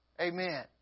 Amen